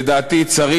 לדעתי צרים,